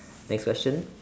next question